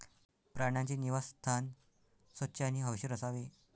प्राण्यांचे निवासस्थान स्वच्छ आणि हवेशीर असावे